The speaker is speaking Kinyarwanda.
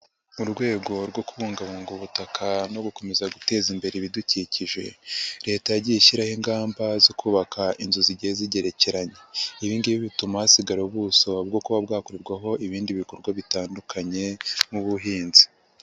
Mu rwego rwo kubungabunga ubutaka no gukomeza guteza imbere ibidukikije leta yagiye ishyiraho ingamba zo kubaka inzu zigiye zigerekeranye ibi ngibi bituma hasigara ubuso bwo kuba bwakorerwaho ibindi bikorwa bitandukanye nk'ubuhinzi.